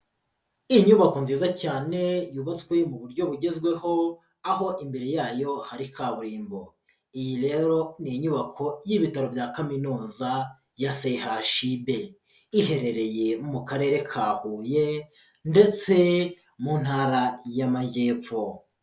Inyubako nziza cyane yubatswe mu buryo bugezweho aho imbere yayo hari kaburimbo, iyi rero ni inyubako y'ibitaro bya kaminuza ya CHUB, iherereye mu karere ka Huye ndetse mu ntara y'Amajyepfo.